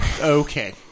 Okay